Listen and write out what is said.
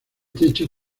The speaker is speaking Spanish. techo